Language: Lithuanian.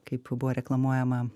kaip buvo reklamuojama